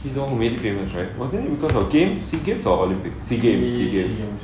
he's very famous right was it because of games sea games or olympics sea games sea games